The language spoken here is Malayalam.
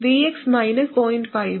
Vx 0